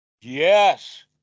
Yes